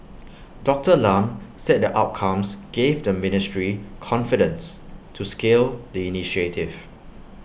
Doctor Lam said the outcomes gave the ministry confidence to scale the initiative